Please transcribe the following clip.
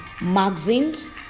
magazines